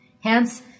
Hence